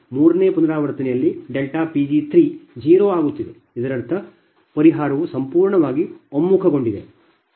ಮೂರನೇ ಪುನರಾವರ್ತನೆಯಲ್ಲಿ Pg3 0 ಆಗುತ್ತಿದೆ ಇದರರ್ಥ ಪರಿಹಾರವು ಸಂಪೂರ್ಣವಾಗಿ ಒಮ್ಮುಖಗೊಂಡಿದೆ